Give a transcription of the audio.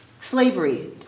slavery